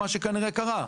מה שקרה שכנראה קרה.